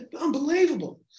unbelievable